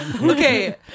Okay